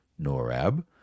Norab